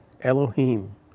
Elohim